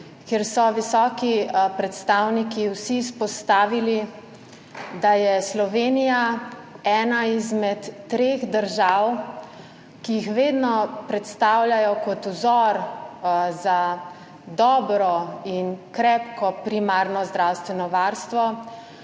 kjer so vsi visoki predstavniki izpostavili, da je Slovenija ena izmed treh držav, ki jih vedno predstavljajo kot vzor za dobro in krepko primarno zdravstveno varstvo,